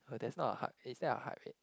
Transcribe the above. oh that's not a heart is that a heart rate